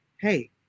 hey